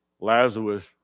Lazarus